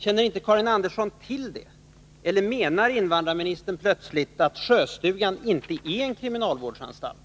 Känner inte Karin Andersson till det? Eller menar invandrarministern plötsligt att Sjöstugan inte är en kriminalvårdsanstalt?